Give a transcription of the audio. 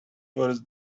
was